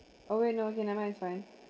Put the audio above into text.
oh wait no okay never mind it's fine